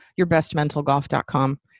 yourbestmentalgolf.com